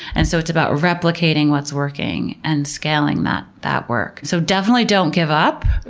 and so it's about replicating what's working and scaling that that work. so definitely don't give up,